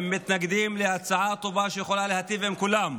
מתנגדים להצעה טובה שיכולה להיטיב עם כולם.